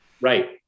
Right